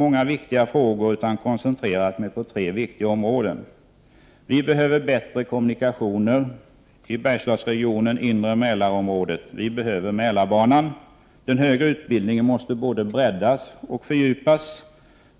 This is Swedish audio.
alla viktiga frågor, utan koncentrerat mig på tre angelägna områden. Vi behöver bättre kommunikationer i Bergslagsregionen och inre Mälarområdet. Vi behöver Mälarbanan. Den högre utbildningen måste både breddas och fördjupas.